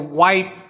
white